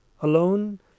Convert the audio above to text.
Alone